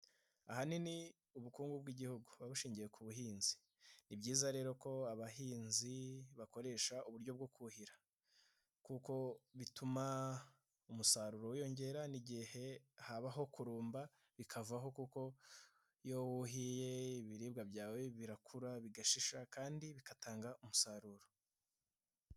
Ahanini ubukungu bw'igihuguba bushingiye ku buhinzi ni byiza rero ko abahinzi bakoresha uburyo bwo kuhira, kuko bituma umusaruro wiyongera n'igihe habaho kurumba, bikavaho kuko iyo wuhiye ibiribwa byawe birakura bigashisha kandi bigatanga umusaruro.